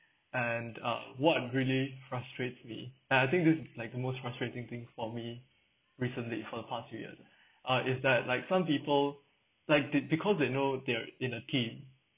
and uh what I'm really frustrates me and I think this is like the most frustrating thing for me recently for the past few years uh is that like some people like they because they know they're in a team